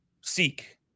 seek